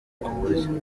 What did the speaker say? kuburyo